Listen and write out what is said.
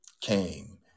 came